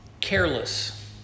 careless